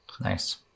Nice